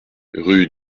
rue